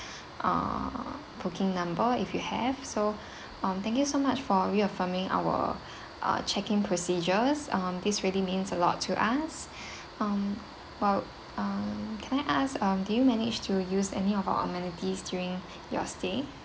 uh booking number if you have so um thank you so much for reaffirming our uh check in procedures uh these really means a lot to us um well um can I ask um do you manage to use any of our amenities during your stay